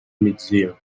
migdia